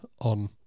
on